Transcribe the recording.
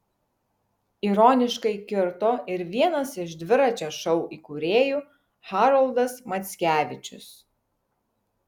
ironiškai kirto ir vienas iš dviračio šou įkūrėjų haroldas mackevičius